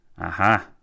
Aha